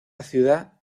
ciudad